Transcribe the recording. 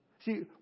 See